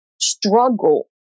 struggle